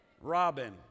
Robin